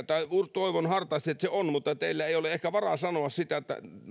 tai toivon hartaasti että on ehkä varaa sanoa sitä